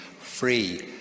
free